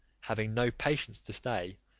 having no patience to stay,